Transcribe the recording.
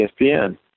ESPN